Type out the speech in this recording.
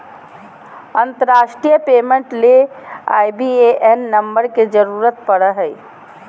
अंतरराष्ट्रीय पेमेंट ले IBAN number के जरूरत पड़ो हय